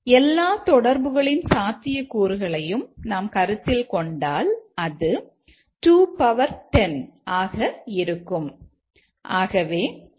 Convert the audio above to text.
எல்லா தொடர்புகளின் சாத்தியக்கூறுகளையும் நாம் கருத்தில் கொண்டால் அது 210 ஆக இருக்கும்